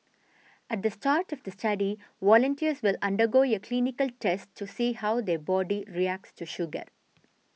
at the start of the study volunteers will undergo a clinical test to see how their body reacts to sugar